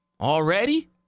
already